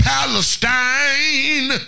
Palestine